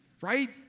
right